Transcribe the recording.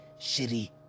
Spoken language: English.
shitty